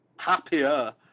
happier